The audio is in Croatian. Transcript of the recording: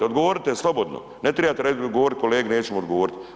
Odgovorite slobodno, ne trebate govoriti kolegi neću mu odgovoriti.